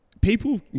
People